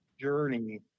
journey